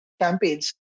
campaigns